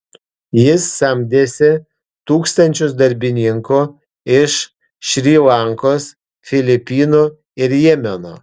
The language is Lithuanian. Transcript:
jis samdėsi tūkstančius darbininkų iš šri lankos filipinų ir jemeno